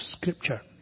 Scripture